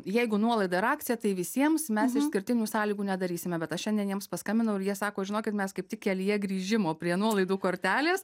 jeigu nuolaida ar akcija tai visiems mes išskirtinių sąlygų nedarysime bet aš šiandien jiems paskambinau ir jie sako žinokit mes kaip tik kelyje grįžimo prie nuolaidų kortelės